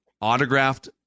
autographed